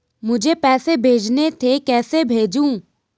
मुझे पैसे भेजने थे कैसे भेजूँ?